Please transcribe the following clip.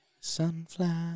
Sunflower